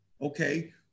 okay